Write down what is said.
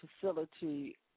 facility